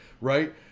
Right